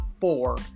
Four